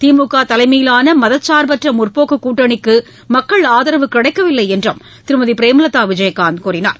திமுக தலைமையிலான மதச்சார்பற்ற முற்போக்கு கூட்டணிக்கு மக்கள் ஆதரவு கிடைக்கவில்லை என்றும் திருமதி பிரேமலதா விஜயகாந்த் கூறினார்